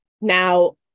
Now